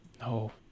No